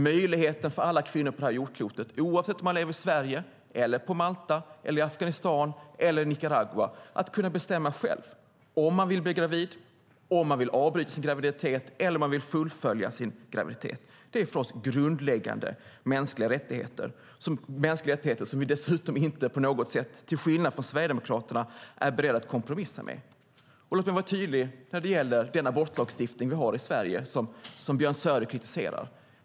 Möjligheten för alla kvinnor på det här jordklotet, oavsett om man lever i Sverige eller på Malta, i Afghanistan eller i Nicaragua, att kunna bestämma själva om de vill bli gravida, om de vill avbryta sin graviditet eller om de vill fullfölja sin graviditet. Det är för oss grundläggande mänskliga rättigheter - mänskliga rättigheter som vi dessutom inte på något sätt, till skillnad mot Sverigedemokraterna, är beredda att kompromissa om. Låt mig vara tydlig när det gäller den abortlagstiftning vi har i Sverige och som Björn Söder kritiserar.